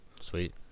Sweet